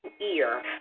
Ear